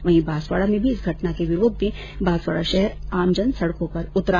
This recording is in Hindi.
वहीं बांसवाडा में भी इस घटना के विरोध में बांसवाडा शहर में आमजन सड़कों पर उतरा